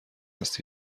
است